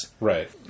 Right